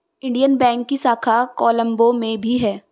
Indian bank की शाखा कोलम्बो में भी है